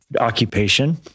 occupation